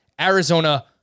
Arizona